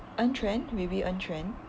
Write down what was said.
en quan maybe en quan